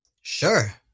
Sure